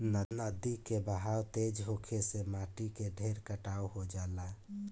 नदी के बहाव तेज होखे से माटी के ढेर कटाव हो जाला